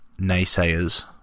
naysayers